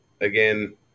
Again